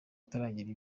ataragera